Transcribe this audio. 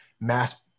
mass